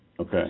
Okay